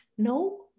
No